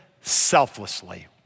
selflessly